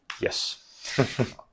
Yes